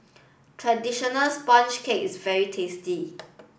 traditional sponge cake is very tasty